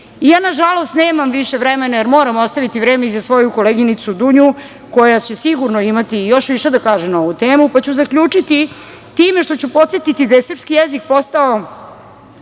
piše. Na žalost, nemam više vremena, jer moram ostaviti vreme i za svoju koleginicu Dunju, koja će sigurno imati još više da kaže na ovu temu, pa ću zaključiti time što ću podsetiti da je srpski jezik postao